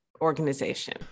organization